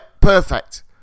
perfect